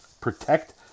Protect